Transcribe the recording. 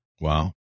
Wow